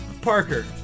Parker